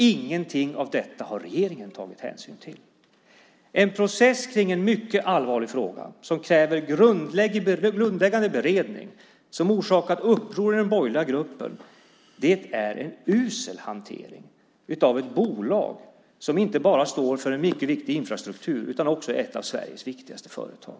Ingenting av detta har regeringen tagit hänsyn till i en process kring en mycket allvarlig fråga som kräver grundläggande beredning och som orsakat uppror i den borgerliga gruppen. Det är en usel hantering av ett bolag som inte bara står för en mycket viktig infrastruktur utan också är ett av Sveriges viktigaste företag.